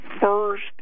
first